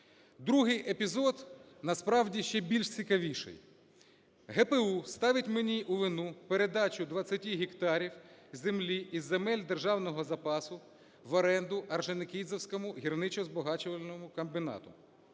Другий епізод, насправді, ще більш цікавіший. ГПУ ставить мені у вину передачу 20 гектарів землі із земель державного запасу в оренду Орджонікідзевському гірничо-збагачувальному комбінату,